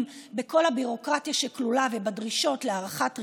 בכל הביורוקרטיה שכלולה בדרישות להארכת רישיונם,